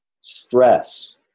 stress